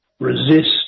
resist